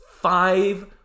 five